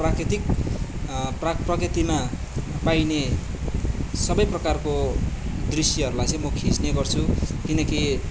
प्राकृतिक प्राक प्रकृतिमा पाइने सबै प्रकारको दृश्यहरूलाई चाहिँ म खिच्ने गर्छु किनकि